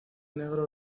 negro